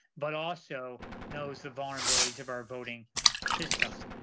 but also knows the vulnerabilities of our voting systems.